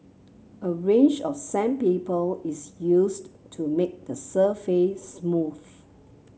a range of sandpaper is used to make the surface smooth